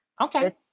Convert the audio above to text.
Okay